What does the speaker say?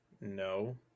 No